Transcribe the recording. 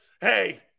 hey